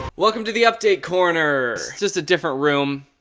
welcome to the update corner. it's just a different room,